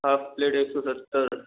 half plate एक सौ सत्तर